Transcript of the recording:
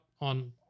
on